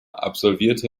absolvierte